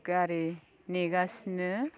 गारि नेगासिनो